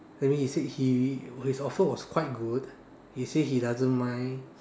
that means he said he his offer was quite good he say he doesn't mind